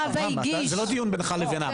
זה לא דיון בינך לבין האבא,